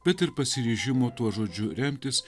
bet ir pasiryžimo tuo žodžiu remtis